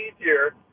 easier